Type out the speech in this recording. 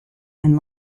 and